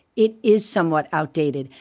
it is somewhat outdated.